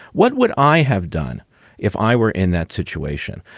what would i have done if i were in that situation,